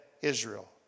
Israel